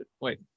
wait